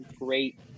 great